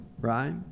right